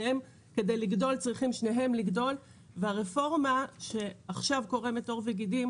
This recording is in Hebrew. שניהם צריכים לגדול והרפורמה שעכשיו קורמת עור וגידים,